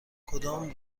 کدام